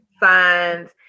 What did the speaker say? signs